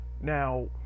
Now